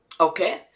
Okay